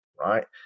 right